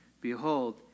Behold